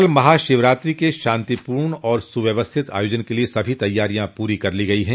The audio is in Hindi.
कल महाशिवरात्रि के शांतिपूर्ण और सुव्यवस्थित आयोजन के लिए सभी तैयारियां पूरी कर ली गयी हैं